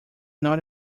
not